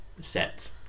set